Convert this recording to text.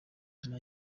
nyuma